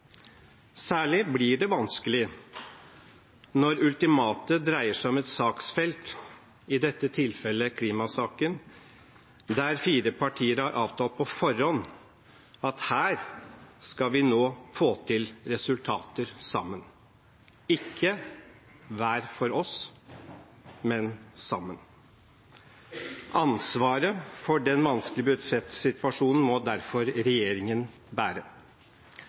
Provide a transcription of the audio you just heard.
Særlig blir det vanskelig når ultimatumet dreier seg om et saksfelt, i dette tilfellet klimasaken, der fire partier har avtalt på forhånd at her skal vi nå få til resultater sammen – ikke hver for oss, men sammen. Ansvaret for den vanskelige budsjettsituasjonen må derfor regjeringen bære.